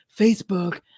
Facebook